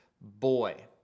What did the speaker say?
boy